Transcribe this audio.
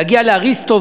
להגיע לאריסטו,